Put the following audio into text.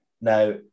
Now